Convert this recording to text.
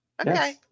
Okay